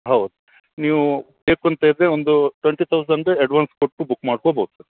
ಹೌದು ನೀವು ಬೇಕು ಅಂತ ಇದ್ದರೆ ಒಂದು ಟ್ವೆಂಟಿ ತೌಸಂಡ್ ಅಡ್ವಾನ್ಸ್ ಕೊಟ್ಟು ಬುಕ್ ಮಾಡ್ಕೊಬೋದು